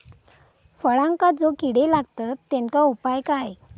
फळांका जो किडे लागतत तेनका उपाय काय?